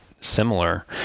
similar